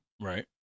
Right